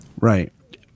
Right